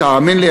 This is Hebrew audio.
תאמין לי,